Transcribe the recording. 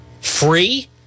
free